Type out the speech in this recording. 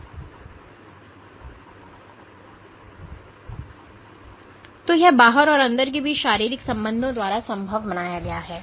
और यह बाहर और अंदर के बीच शारीरिक संबंधों द्वारा संभव बनाया गया है